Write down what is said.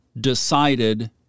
decided